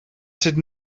zit